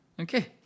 Okay